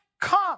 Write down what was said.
come